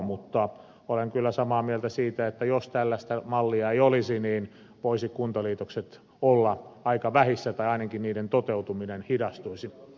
mutta olen kyllä samaa mieltä siitä että jos tällaista mallia ei olisi kuntaliitokset voisivat olla aika vähissä tai ainakin niiden toteutuminen hidastuisi